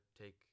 take